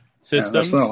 systems